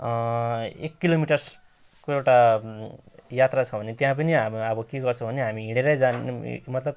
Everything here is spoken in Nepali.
एक किलोमिटर्स कुनै एउटा यात्रा छ भने त्यहाँ पनि हामी अब अब के गर्छौँ भने हामी हिँडेरै जानु मतलब